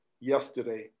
yesterday